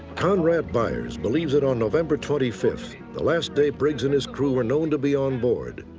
conrad byers believes that on november twenty five, the last day briggs and his crew were known to be onboard,